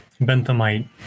Benthamite